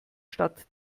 stadt